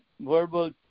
verbal